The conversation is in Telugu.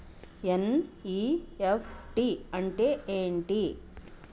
ఎన్.ఈ.ఎఫ్.టి అంటే ఏమిటి?